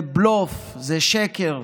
זה בלוף, זה שקר.